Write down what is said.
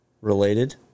related